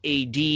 AD